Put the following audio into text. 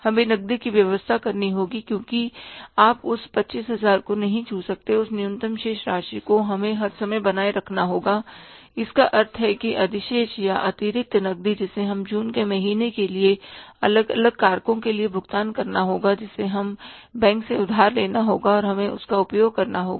हमें नकदी की व्यवस्था करनी होगी क्योंकि आप उस 25000 को नहीं छू सकते उस न्यूनतम शेष राशि को हमें हर समय बनाए रखना होगा जिसका अर्थ है कि अधिशेष या अतिरिक्त नकदी जिसे हमें जून के महीने के लिए अलग अलग कारणों के लिए भुगतान करना होगा जिसे हमें बैंक से उधार लेना होगा और हमें उसका उपयोग करना होगा